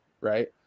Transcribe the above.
right